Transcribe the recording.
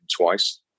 twice